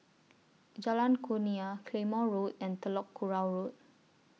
Jalan Kurnia Claymore Road and Telok Kurau Road